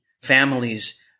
families